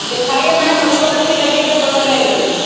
दिखाइए मैम हमको अच्छी लगेगा तो मैं ले लेगी